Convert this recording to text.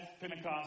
Pentecost